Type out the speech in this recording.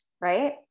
right